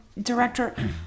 director